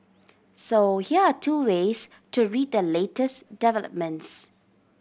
so here are two ways to read the latest developments